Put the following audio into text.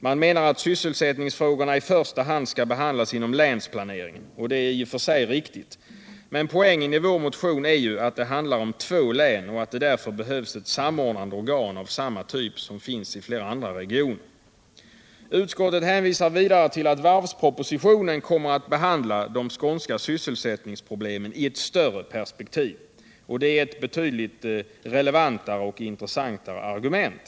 Man menar att sysselsättningsfrågorna i första hand skall behandlas inom länsplaneringen, och det är i och för sig riktigt. Men poängen i vår motion är ju att det handlar om två län och att det därför behövs ett samordnande organ av samma typ som finns i flera andra regioner. Utskottet hänvisar vidare till att varvspropositionen kommer att behandla de skånska sysselsättningsproblemen ”i ett större perspektiv”. Det är ett betydligt relevantare och intressantare argument.